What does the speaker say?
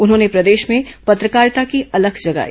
उन्होंने प्रदेश में पत्रकारिता की अलख जगाई